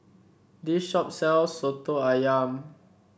this shop sells soto ayam